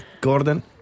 Gordon